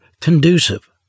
conducive